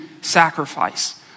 sacrifice